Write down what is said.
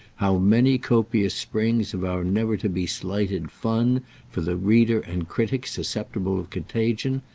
how many copious springs of our never-to-be-slighted fun for the reader and critic susceptible of contagion,